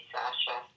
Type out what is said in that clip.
Sasha